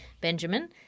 Benjamin